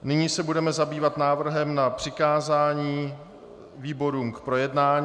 Nyní se budeme zabývat návrhem na přikázání výborům k projednání.